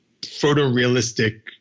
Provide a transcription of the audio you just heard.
photorealistic